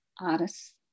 artists